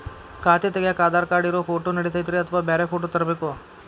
ಖಾತೆ ತಗ್ಯಾಕ್ ಆಧಾರ್ ಕಾರ್ಡ್ ಇರೋ ಫೋಟೋ ನಡಿತೈತ್ರಿ ಅಥವಾ ಬ್ಯಾರೆ ಫೋಟೋ ತರಬೇಕೋ?